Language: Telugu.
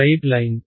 straight line